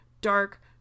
dark